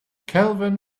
kelvin